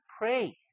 pray